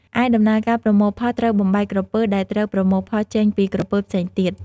ឯដំណើរការប្រមូលផលត្រូវបំបែកក្រពើដែលត្រូវប្រមូលផលចេញពីក្រពើផ្សេងទៀត។